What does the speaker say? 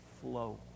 flow